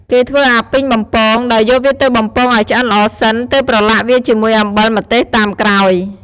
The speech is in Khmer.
គេធ្វើអាពីងបំពង ដោយយកវាទៅបំពងឱ្យឆ្អិនល្អសិន ទើបប្រឡាក់វាជាមួយអំបិលម្ទេសតាមក្រោយ។